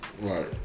right